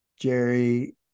Jerry